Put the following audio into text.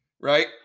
right